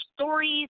stories